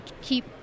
keep